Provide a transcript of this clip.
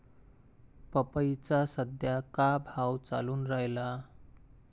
पपईचा सद्या का भाव चालून रायला?